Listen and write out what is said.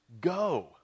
go